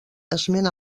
esment